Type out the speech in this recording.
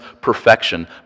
perfection